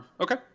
Okay